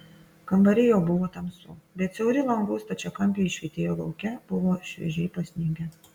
kambary jau buvo tamsu bet siauri langų stačiakampiai švytėjo lauke buvo šviežiai pasnigę